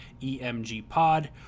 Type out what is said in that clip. emgpod